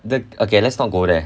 that okay let's not go there